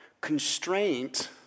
constraint